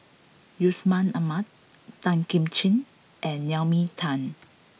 Yusman Aman Tan Kim Ching and Naomi Tan